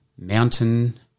Mountain